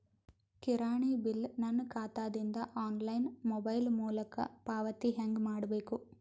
ಕಿರಾಣಿ ಬಿಲ್ ನನ್ನ ಖಾತಾ ದಿಂದ ಆನ್ಲೈನ್ ಮೊಬೈಲ್ ಮೊಲಕ ಪಾವತಿ ಹೆಂಗ್ ಮಾಡಬೇಕು?